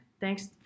thanks